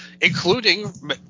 including